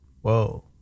Whoa